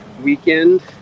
weekend